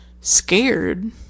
scared